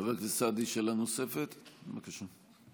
חבר הכנסת סעדי, שאלה נוספת, בבקשה.